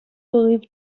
believed